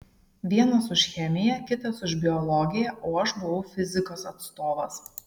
vienas už chemiją kitas už biologiją o aš buvau fizikos atstovas